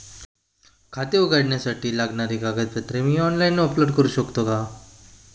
खाते उघडण्यासाठी लागणारी कागदपत्रे मी ऑनलाइन अपलोड करू शकतो का?